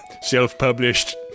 self-published